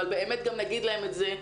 אבל באמת גם נגיד להם את זה,